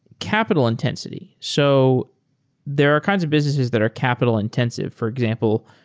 capital intensity. so there are kinds of businesses that are capital-intensive. for example,